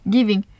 Giving